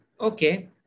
okay